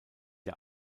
der